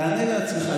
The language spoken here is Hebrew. תענה לעצמך.